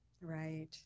Right